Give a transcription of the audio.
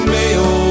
Mayo